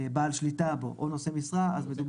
בעל השליטה בו או נושא משרה, אז מדובר.